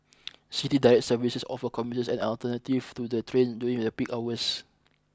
city Direct services offer commuters an alternative to the train during the peak hours